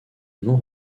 non